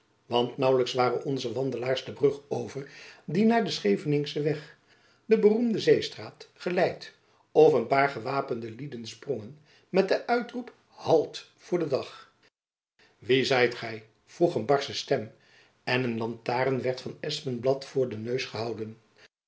want naauwlijks waren onze wandelaars de brug over die naar den scheveningschen weg de beroemde zeestraat geleidt of een paar gewapende lieden sprongen met den uitroep halt voor den dag wie zijt gy vroeg een barsche stem en een lantaren werd van espenblad voor den neus gehouden